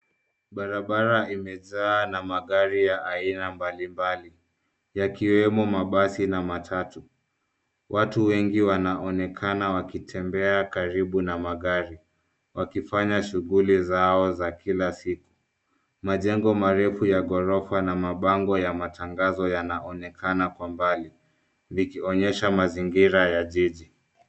Barabara imejaa na magari ya aina mbalimbali, yakiwemo mabasi na matatu. Watu wengi wanaonekana wakitembea karibu na magari, wakifanya shughuli zao za kila siku. Majengo marefu ya ghorofa na mabango ya matangazo yanaonekana kwa mbali, vikonyesha mazingira ya jiji.